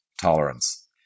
tolerance